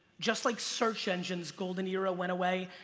just like search engine's golden era went away,